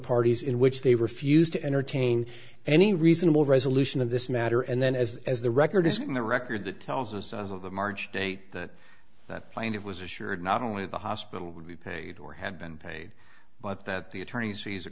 parties in which they refused to entertain any reasonable resolution of this matter and then as as the record is going the record that tells us of the march date that that plane it was assured not only the hospital would be paid or had been paid but that the attorney's fees